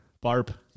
Barb